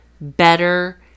better